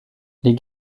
les